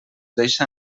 deixa